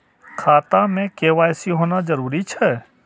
खाता में के.वाई.सी होना जरूरी छै?